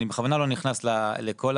אני בכוונה לא נכנס לטכניקות,